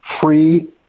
free